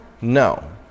No